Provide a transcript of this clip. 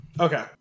Okay